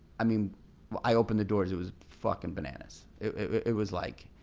i mean i opened the doors, it was fuckin' bananas. it was like,